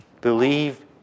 Believe